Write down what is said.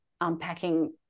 unpacking